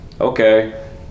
Okay